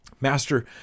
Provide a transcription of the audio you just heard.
master